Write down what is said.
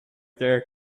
their